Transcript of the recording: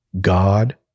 God